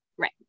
right